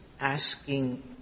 asking